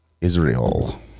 Israel